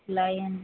lion